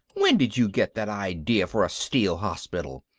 when did you get that idea for a steel hospital?